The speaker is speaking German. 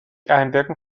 einwirken